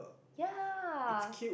ya